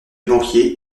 banquier